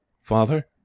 Father